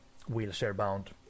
wheelchair-bound